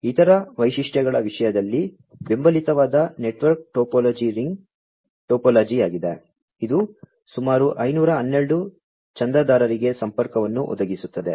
ಇತರ ವೈಶಿಷ್ಟ್ಯಗಳ ವಿಷಯದಲ್ಲಿ ಬೆಂಬಲಿತವಾದ ನೆಟ್ವರ್ಕ್ ಟೋಪೋಲಜಿ ರಿಂಗ್ ಟೋಪೋಲಜಿಯಾಗಿದೆ ಇದು ಸುಮಾರು 512 ಚಂದಾದಾರರಿಗೆ ಸಂಪರ್ಕವನ್ನು ಒದಗಿಸುತ್ತದೆ